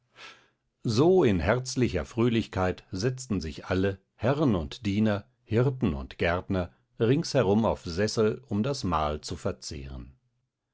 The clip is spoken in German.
so in herzlicher fröhlichkeit setzten sich alle herren und diener hirten und gärtner ringsherum auf sessel um das mahl zu verzehren